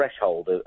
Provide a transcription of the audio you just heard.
threshold